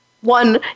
one